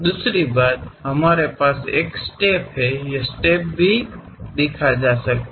दूसरी बात हमारे पास एक स्टेप है ये स्टेप भी देखा जा सकता है